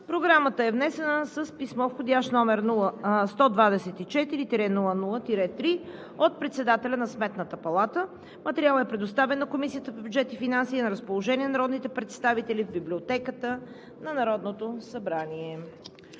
Програмата е внесена с писмо, входящ № 124-00-3, от председателя на Сметната палата. Материалът е предоставен на Комисията по бюджет и финанси и е на разположение на народните представители в Библиотеката на Народното събрание.